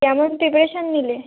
কেমন প্রিপারেশন নিলে